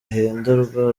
ahindurwa